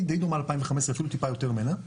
אפילו טיפה יותר ממנה.